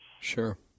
sure